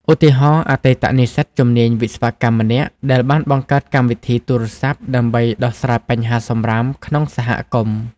ឧទាហរណ៍ អតីតនិស្សិតជំនាញវិស្វកម្មម្នាក់ដែលបានបង្កើតកម្មវិធីទូរស័ព្ទដើម្បីដោះស្រាយបញ្ហាសំរាមក្នុងសហគមន៍។